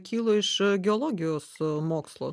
kilo iš geologijos mokslo